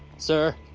sir,